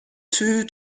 two